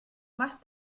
más